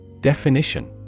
Definition